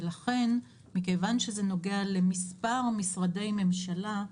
ולכן מכיוון שזה נוגע למספר משרדי ממשלה,